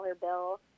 bill